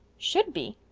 should be!